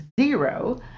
zero